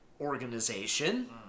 organization